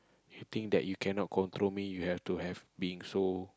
you think that you cannot control me you have to have being so